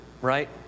right